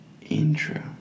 intro